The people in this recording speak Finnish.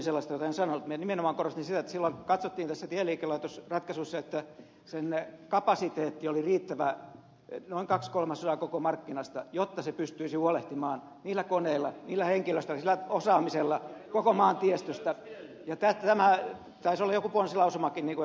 minä nimenomaan korostin sitä että silloin katsottiin tässä tieliikelaitos ratkaisussa että tieliikelaitoksen kapasiteetti oli riittävä noin kaksi kolmasosaa koko markkinasta jotta se pystyisi huolehtimaan niillä koneilla sillä henkilöstöllä sillä osaamisella koko maan tiestöstä ja tämä taisi olla joku ponsilausumakin niin kuin ed